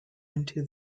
into